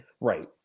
right